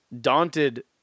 daunted